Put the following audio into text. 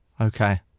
Okay